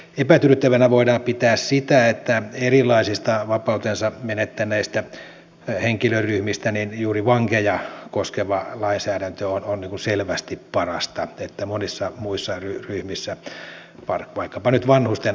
epätyydyttävänä voidaan pitää sitä että erilaisista vapautensa menettäneistä henkilöryhmistä juuri vankeja koskeva lainsäädäntö on selvästi parasta monissa muissa ryhmissä vaikkapa nyt vanhusten osalta lainsäädäntö puuttuu kokonaan osittain